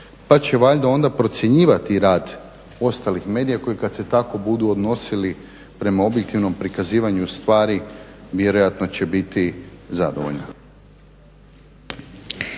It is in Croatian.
pa će valjda onda procjenjivati rad ostalih medija koji kada se tako budu odnosili prema objektivnom prikazivanju stvari vjerojatno će biti zadovoljna.